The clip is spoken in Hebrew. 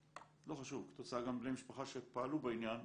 וכתוצאה גם מבני משפחה שפעלו בעניין,